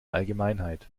allgemeinheit